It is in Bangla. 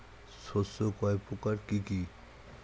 শস্য কয় প্রকার কি কি?